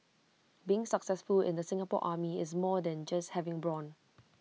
being successful in the Singapore army is more than just having brawn